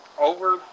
over